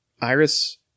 Iris